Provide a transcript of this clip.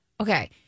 okay